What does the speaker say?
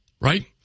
Right